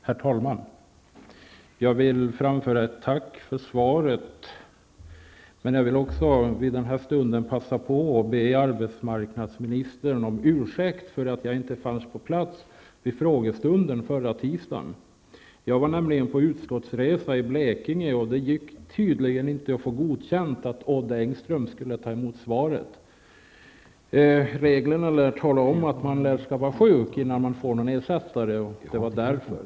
Herr talman! Jag vill framföra ett tack för svaret. Men jag vill också nu passa på och be arbetsmarknadsministern om ursäkt för att jag inte fanns på plats vid frågestunden förra tisdagen. Jag var nämligen på utskottsresa i Blekinge, och det gick tydligen inte att få godkänt att Odd Engström skulle ta emot svaret. Reglerna lär tala om att man skall vara sjuk innan man får någon ersättare, och det var därför.